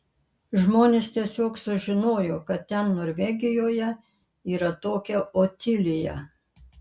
žmonės tiesiog sužinojo kad ten norvegijoje yra tokia otilija